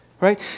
right